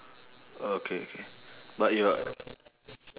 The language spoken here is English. okay okay but you are